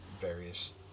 various